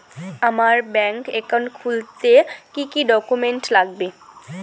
আমার bank account খুলতে কি কি ডকুমেন্ট লাগবে?